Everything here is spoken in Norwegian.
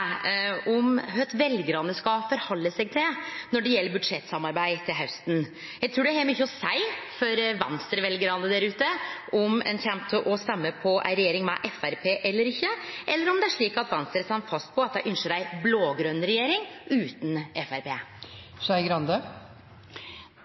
om korleis veljarane skal stille seg når det gjeld budsjettsamarbeid til hausten. Eg trur det har mykje å seie for Venstre-veljarane der ute om ein kjem til å stemme på ei regjering med Framstegspartiet, eller om det er slik at Venstre står fast på at dei ynskjer ei blå-grøn regjering utan Framstegspartiet.